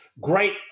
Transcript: great